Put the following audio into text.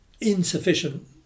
insufficient